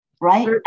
right